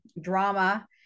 drama